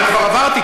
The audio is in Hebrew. אני כבר עברתי,